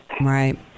Right